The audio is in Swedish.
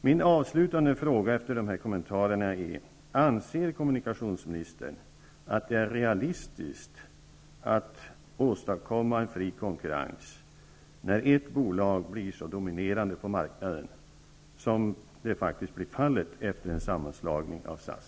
Min avslutande fråga efter dessa kommentarer är: Anser kommunikationsministern att det är realistiskt att åstadkomma en fri konkurrens när ett bolag blir så dominerande på marknaden som faktiskt blir fallet efter en sammanslagning av SAS